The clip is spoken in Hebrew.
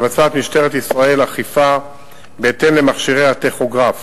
משטרת ישראל מבצעת אכיפה בהתאם למכשירי הטכוגרף